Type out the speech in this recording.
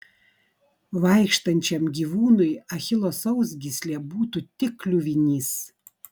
vaikštančiam gyvūnui achilo sausgyslė būtų tik kliuvinys